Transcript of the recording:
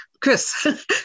Chris